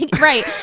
right